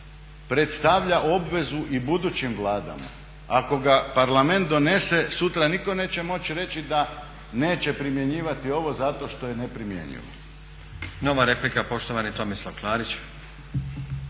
predstavlja obvezu i budućim vladama. Ako ga Parlament donese sutra nitko neće moći reći da neće primjenjivati ovo zato što je neprimjenjiv.